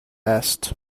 است